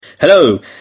Hello